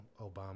Obama